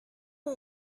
are